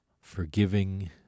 forgiving